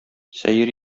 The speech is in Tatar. сәер